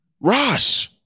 Rosh